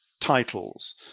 titles